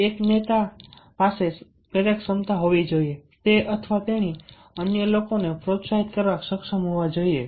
એક નેતા પાસે પ્રેરક ક્ષમતા હોવી જોઈએ તે અથવા તેણી અન્ય લોકોને પ્રોત્સાહિત કરવા સક્ષમ હોવા જોઈએ